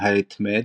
ההתמד,